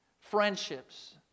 friendships